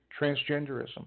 transgenderism